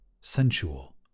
sensual